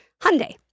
Hyundai